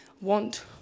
want